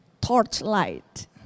torchlight